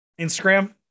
Instagram